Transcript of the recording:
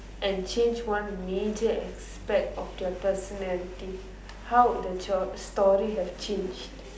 and change one major aspect of their personality how the your story have changed